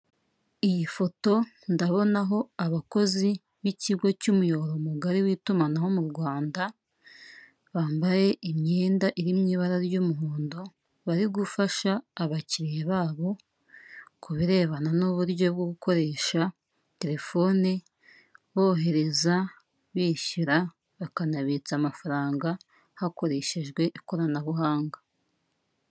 Iyi foto ndabonaho abakozi b'ikigo cy'umuyoboro mugari w'itumanaho mu Rwanda, bambaye imyenda iri mu ibara ry'umuhondo, bari gufasha abakiliya babo, ku birebana n'uburyo bwo gukoresha telefone, bohereza, bishyura bakanabitsa amafaranga, hakoreshejwe ikoranabuhanga.